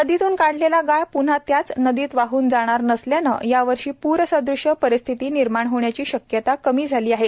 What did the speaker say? नदीतून काढलेल्या गाळ प्न्हा त्याच नदीत वाहन जाणार नसल्याने यावर्षी प्रसदृश्य परिस्थिती निर्माण होण्याची शक्यता कमीच आहे